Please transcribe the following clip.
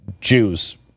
Jews